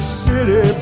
city